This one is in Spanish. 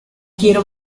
quiero